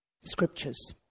scriptures